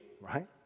right